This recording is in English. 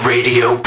Radio